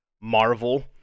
Marvel